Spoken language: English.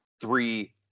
three